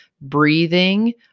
breathing